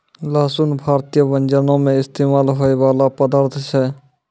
लहसुन भारतीय व्यंजनो मे इस्तेमाल होय बाला पदार्थ छै